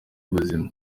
buzima